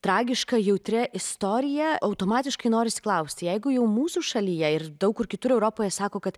tragiška jautria istorija automatiškai norisi klausti jeigu jau mūsų šalyje ir daug kur kitur europoje sako kad